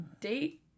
date